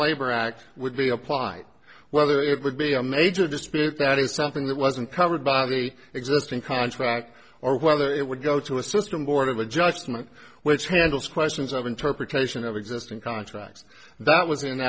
labor act would be applied whether it would be a major dispute that is something that wasn't covered by the existing contract or whether it would go to a system board of adjustment which handles questions of interpretation of existing contracts that was in a